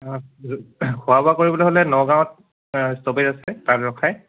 খোৱা বোৱা কৰিবলৈ হ'লে নগাঁৱত ষ্টপেজ আছে তাত ৰখায়